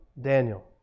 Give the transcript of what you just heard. Daniel